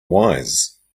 wise